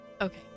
Okay